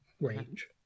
range